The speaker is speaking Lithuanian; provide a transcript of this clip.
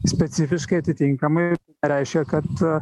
specifiškai atitinkamai reiškia kad